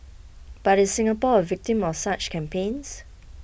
but is Singapore a victim of such campaigns